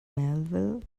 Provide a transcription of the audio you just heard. melville